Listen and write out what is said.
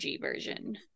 version